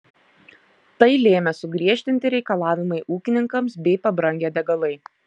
tai lėmė sugriežtinti reikalavimai ūkininkams bei pabrangę degalai